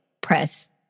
press